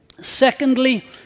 Secondly